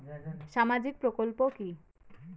সামাজিক প্রকল্প কি?